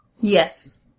Yes